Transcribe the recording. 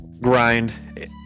grind